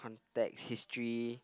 context history